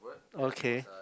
okay